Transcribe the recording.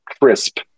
crisp